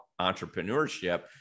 entrepreneurship